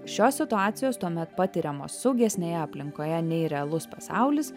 šios situacijos tuomet patiriamos saugesnėje aplinkoje nei realus pasaulis